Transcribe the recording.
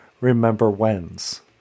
remember-whens